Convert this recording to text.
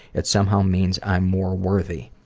it somehow means i'm more worthy.